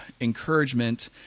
encouragement